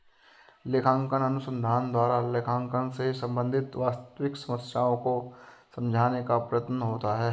लेखांकन अनुसंधान द्वारा लेखांकन से संबंधित वास्तविक समस्याओं को समझाने का प्रयत्न होता है